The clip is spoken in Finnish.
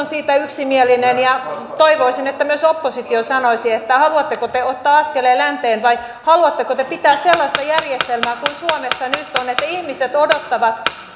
on siitä yksimielinen ja toivoisin että myös oppositio sanoisi haluatteko te ottaa askeleen länteen vai haluatteko te pitää sellaista järjestelmää kuin suomessa nyt on että ihmiset odottavat